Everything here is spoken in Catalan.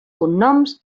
cognoms